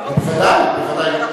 היתה ראויה, בוודאי.